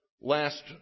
last